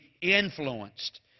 influenced